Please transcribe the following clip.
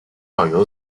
校友